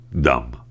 dumb